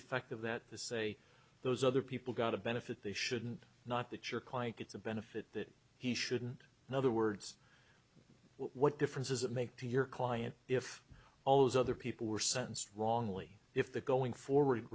effect of that to say those other people got a benefit they shouldn't not that your client gets a benefit that he shouldn't in other words what difference does it make to your client if all those other people were sentenced wrongly if the going forward